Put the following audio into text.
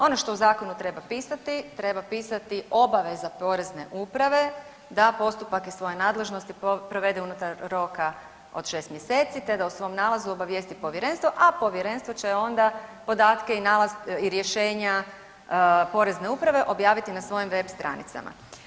Ono što u zakonu treba pisati treba pisati obaveza Porezne uprave da postupak iz svoje nadležnosti provede unutar roka od 6 mjeseci, te da u svom nalazu obavijesti povjerenstvo, a povjerenstvo će onda podatke i nalaz i rješenja Porezne uprave objaviti na svojim web stranicama.